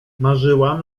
marzyłam